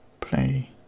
Play